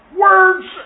words